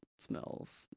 Smells